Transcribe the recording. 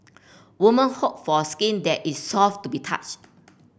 woman hope for skin that is soft to be touch